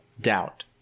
doubt